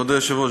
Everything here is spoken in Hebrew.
כבוד היושב-ראש,